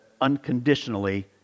unconditionally